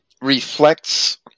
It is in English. reflects